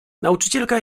nauczycielka